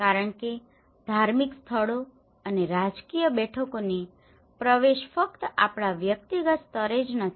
કારણ કે ધાર્મિક સ્થળો અને રાજકીય બેઠકોની પ્રવેશ ફક્ત આપણા વ્યક્તિગત સ્તરે જ નથી